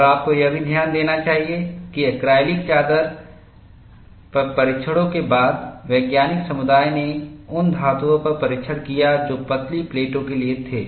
और आपको यह भी ध्यान देना चाहिए कि ऐक्रेलिक चादर पर परीक्षणों के बाद वैज्ञानिक समुदाय ने उन धातुओं पर परीक्षण किया जो पतली प्लेटों के लिए थे